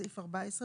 בסעיף 14,